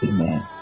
Amen